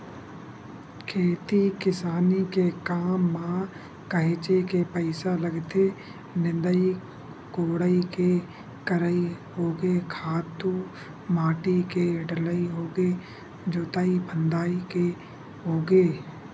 खेती किसानी के काम म काहेच के पइसा लगथे निंदई कोड़ई के करई होगे खातू माटी के डलई होगे जोतई फंदई के होगे